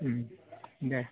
दे